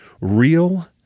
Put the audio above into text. real